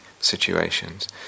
situations